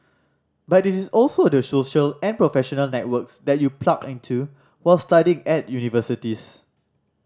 but it is also the social and professional networks that you plug into while studying at universities